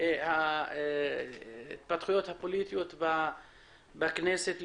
ההתפתחויות הפוליטיות בכנסת.